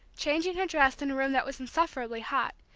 changing her dress in a room that was insufferably hot,